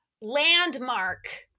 landmark